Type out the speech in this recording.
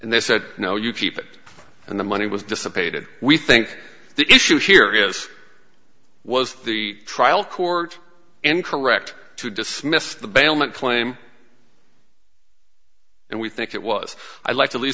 and they said no you keep it and the money was dissipated we think the issue here is was the trial court and correct to dismiss the bailment claim and we think it was i like to l